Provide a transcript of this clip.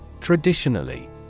Traditionally